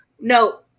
No